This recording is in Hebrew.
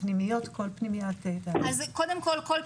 כל פנימייה ופנימייה.